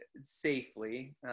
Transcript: safely